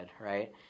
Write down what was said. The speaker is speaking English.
right